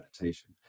meditation